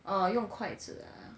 orh 用筷子 ah